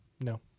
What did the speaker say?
No